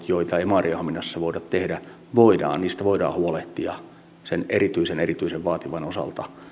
joita ei maarianhaminassa voida tehdä voidaan huolehtia sen erityisen erityisen vaativan osalta